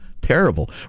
Terrible